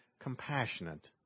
compassionate